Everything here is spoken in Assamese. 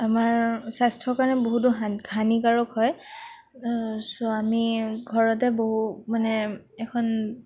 আমাৰ স্বাস্থ্যৰ কাৰণে বহুতো হানি হানিকাৰক হয় চ' আমি ঘৰতে বহু মানে এখন